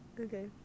Okay